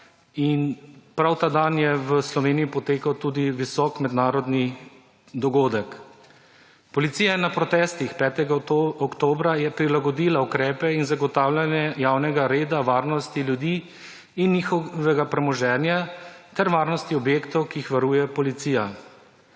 Prav ta dan je v Sloveniji potekal tudi visok mednarodni dogodek. Policija je na protestih 5. oktobra prilagodila ukrepe in zagotavljanje javnega reda, varnosti ljudi in njihovega premoženja ter varnosti objektov, ki jih varuje policija.